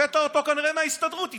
הבאת אותו כנראה מההסתדרות איתך.